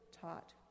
taught